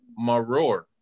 Maror